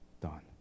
done